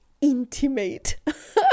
intimate